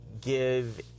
give